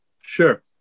Sure